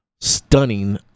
stunning